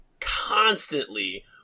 constantly